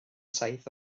saith